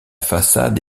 façade